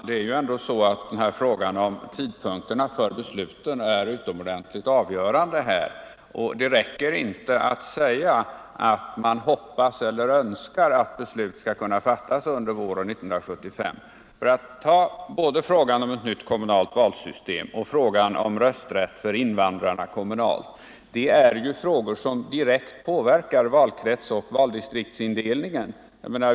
Herr talman! Frågan om tidpunkten för beslutens fattande är ändå utomordentligt avgörande här. Det räcker inte med att säga att man hoppas eller önskar att beslut skall kunna fattas under våren 1975. Både frågan om ett nytt kommunalt valsystem och frågan om kommunal rösträtt för invandrarna är frågor som direkt påverkar valkretsoch valdistriktsindelningen.